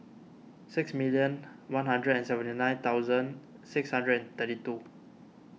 six million one hundred and seventy nine thousand six hundred and thirty two